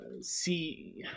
see